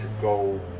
go